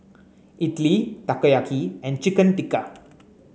Idili Takoyaki and Chicken Tikka